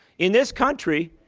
in this country,